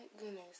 goodness